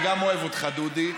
גם אני אוהב אותך, דודי.